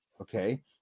okay